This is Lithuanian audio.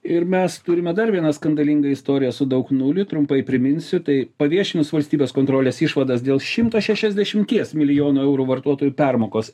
ir mes turime dar vieną skandalingą istoriją su daug nulių trumpai priminsiu tai paviešinus valstybės kontrolės išvadas dėl šimto šešiasdešimties milijonų eurų vartotojų permokos